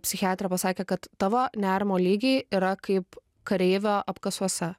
psichiatrė pasakė kad tavo nerimo lygiai yra kaip kareivio apkasuose